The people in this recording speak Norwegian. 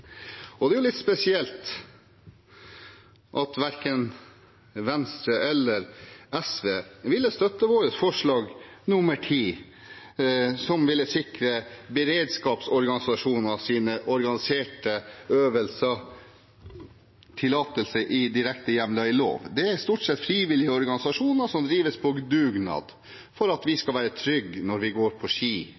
Det er litt spesielt at verken Venstre eller SV vil støtte vårt forslag nr. 10, som ville sikret beredskapsorganisasjoners organiserte øvelser tillatelse direkte hjemlet i lov. Det er stort sett frivillige organisasjoner som drives på dugnad for at vi skal være trygge når vi går på ski